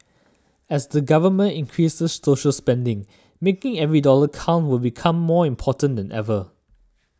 as the government increases social spending making every dollar count will become more important than ever